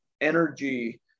energy